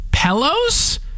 pillows